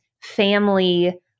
family